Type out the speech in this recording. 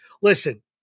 Listen